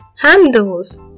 handles